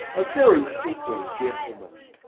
a very simple gentleman!